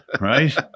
Right